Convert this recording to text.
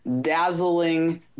dazzling